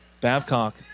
Babcock